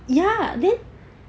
ya then